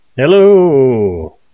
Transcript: Hello